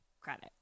Credit